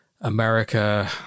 America